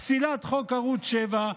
פסילת חוק ערוץ 7,